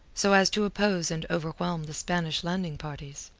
so as to oppose and overwhelm the spanish landing parties.